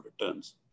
returns